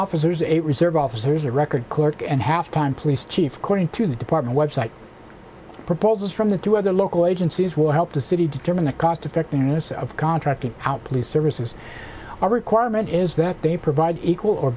officers a reserve officers a record clerk and half time police chief according to the department website proposals from the two other local agencies will help the city determine the cost effectiveness of contracting out police services our requirement is that they provide equal or